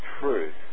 truth